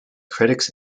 critics